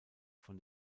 von